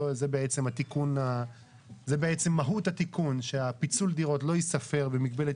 זה בעצם מהות התיקון שפיצול דירות לא ייספר במגבלת